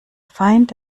feind